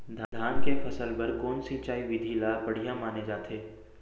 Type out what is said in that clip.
धान के फसल बर कोन सिंचाई विधि ला बढ़िया माने जाथे?